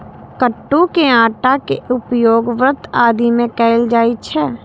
कट्टू के आटा के उपयोग व्रत आदि मे कैल जाइ छै